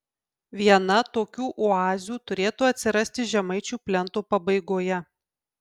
viena tokių oazių turėtų atsirasti žemaičių plento pabaigoje